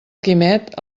quimet